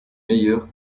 meilleure